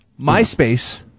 MySpace